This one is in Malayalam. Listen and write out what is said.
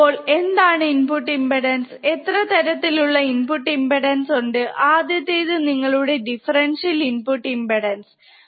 അപ്പോൾ എന്താണ് ഇൻപുട് ഇമ്പ്പെടാൻസ് എത്ര തരത്തിൽ ഉള്ള ഇൻപുട് ഇമ്പ്പെടാൻസ് ഉണ്ട് ആദ്യത്തേത് നിങ്ങളുടെ ദിഫ്ഫെരെന്റ്റ്യൽ ഇൻപുട് ഇമ്പ്പെടാൻസ് ആണ്